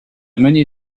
mené